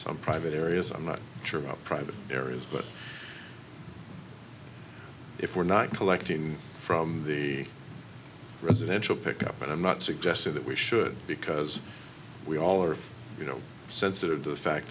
some private areas i'm not sure about private areas but if we're not collecting from the residential pickup and i'm not suggesting that we should because we all are you know sensitive to the fact